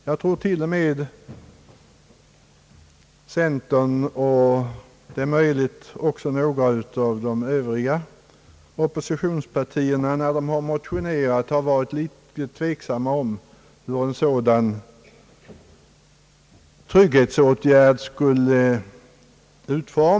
Jag tror till och med att centerpartiet och möjligen också några av de övriga oppositionspartierna, när de motionerat, varit litet tveksamma om hur en sådan trygghet skulle utformas.